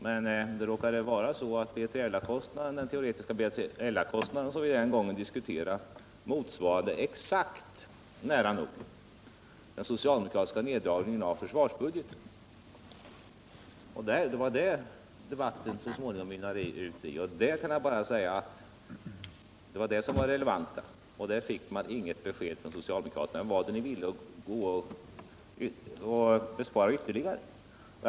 Men det råkade vara så att de teoretiska B3LA-kostnader som vi diskuterade den gången nära nog exakt motsvarade den socialdemokratiska neddragningen av försvarsbudgeten. Det var detta debatten så småningom mynnade ut i, och jag kan bara säga att detta var det relevanta. Men på den punkten fick vi inget besked från socialdemokraterna om var ytterligare besparingar skulle kunna ske.